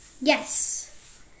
yes